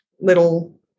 little